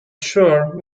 sure